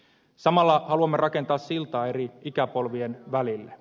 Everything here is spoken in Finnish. samalla haluamme rakentaa siltaa eri ikäpolvien välille